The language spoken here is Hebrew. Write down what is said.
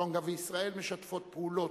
טונגה וישראל משתפות פעולה